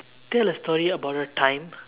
tell a story about a time